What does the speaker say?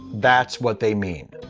that's what they mean.